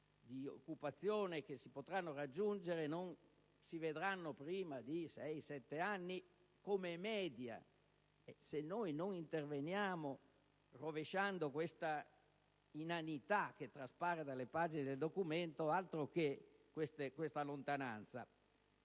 di occupazione che si potranno raggiungere non si vedranno prima di sei o sette anni, come media. È necessario intervenire per rovesciare l'inanità che traspare dalle pagine del documento, altro che questa lontananza!